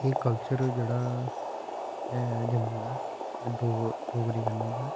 एह् कल्चर जेह्ड़ा ऐ जम्मू दा एह् डो डोगरी कन्नै गै